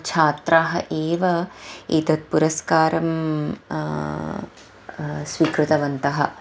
छात्राः एव एतत् पुरस्कारं स्वीकृतवन्तः